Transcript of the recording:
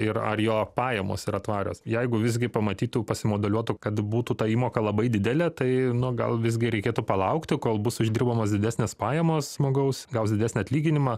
ir ar jo pajamos yra tvarios jeigu visgi pamatytų pasimodeliuotų kad būtų ta įmoka labai didelė tai nu gal visgi reikėtų palaukti kol bus uždirbamos didesnės pajamos žmogaus gaus didesnį atlyginimą